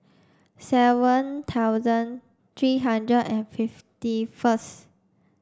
seven thousand three hundred and fifty first